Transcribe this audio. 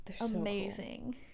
amazing